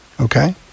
okay